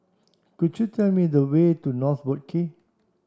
could you tell me the way to North Boat Quay